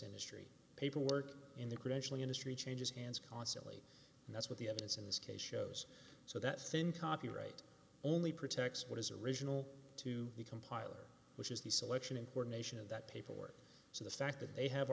industry paperwork in the credentialing industry changes hands constantly and that's what the evidence in this case shows so that thing copyright only protects what is original to the compiler which is the selection and ordination of that paperwork so the fact that they have